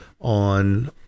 on